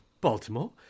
Baltimore